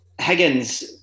Higgins